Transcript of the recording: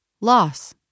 Loss